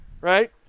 right